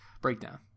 breakdown